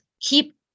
keep